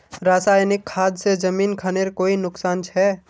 रासायनिक खाद से जमीन खानेर कोई नुकसान छे?